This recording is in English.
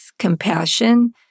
Compassion